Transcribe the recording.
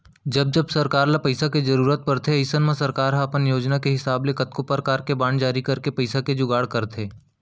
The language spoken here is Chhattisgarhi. जब जब सरकार ल पइसा के जरूरत परथे अइसन म सरकार ह अपन योजना के हिसाब ले कतको परकार के बांड जारी करके पइसा के जुगाड़ करथे